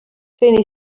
rheini